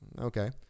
Okay